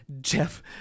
Jeff